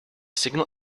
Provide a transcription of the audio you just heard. signal